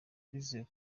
twizeye